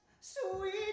Sweet